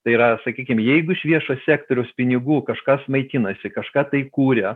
tai yra sakykim jeigu iš viešo sektoriaus pinigų kažkas maitinasi kažką tai kuria